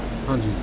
ਹਾਂਜੀ